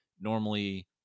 normally